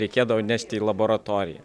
reikėdavo nešti į laboratoriją